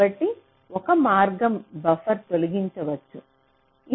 కాబట్టి ఒక మార్గంలో బఫర్ను తొలగించవచ్చు